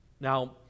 Now